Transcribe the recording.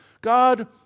God